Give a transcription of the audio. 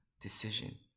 decision